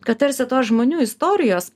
kad tarsi tos žmonių istorijos